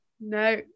No